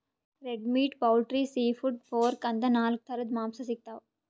red meat, poultry, seafood, pork ಅಂತಾ ನಾಲ್ಕ್ ಥರದ್ ಮಾಂಸಾ ಸಿಗ್ತವ್